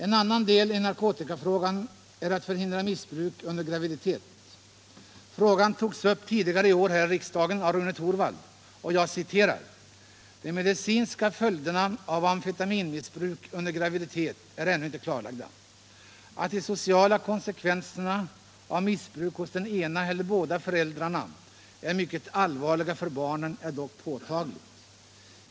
En annan del i narkotikafrågan är att förhindra missbruk under graviditet. Frågan togs upp tidigare i år här i riksdagen av Rune Torwald, som jag citerar: ”De medicinska följderna av amfetaminmissbruk under graviditet är ännnu inte klarlagda. Att de sociala konsekvenserna av missbruk hos den ena eller båda föräldrarna är mycket allvarliga för barnen är dock påtagligt.